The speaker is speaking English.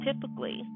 typically